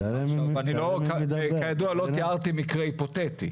ואני כידוע לא תיארתי מקרה היפותטי.